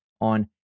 on